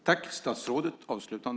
Herr talman!